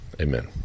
amen